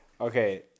Okay